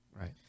Right